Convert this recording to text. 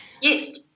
Yes